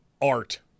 Art